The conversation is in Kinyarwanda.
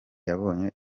yabonye